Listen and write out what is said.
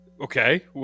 Okay